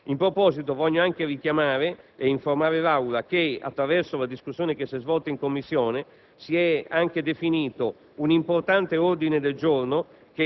In proposito, desidero ricordare, ed informare l'Aula, che attraverso la discussione che si è svolta in Commissione si è definito un importante ordine del giorno,